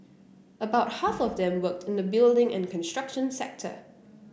about half of them worked in the building and construction sector